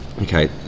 Okay